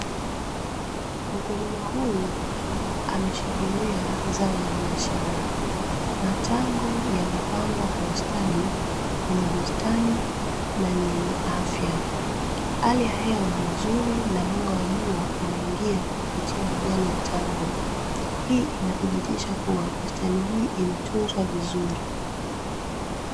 Mkulima huyu ameshikilia zao la biashara, matango yamepangwa kwa ustadi kwenye bustani na ni yenye afya, hali ya hewa ni nzuri na mwanga wa jua unaingia kupitia majani ya tango hii inathibitisha kuwa bustani hii imetunzwa vizuri.